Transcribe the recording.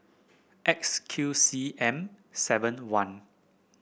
X Q C M seven one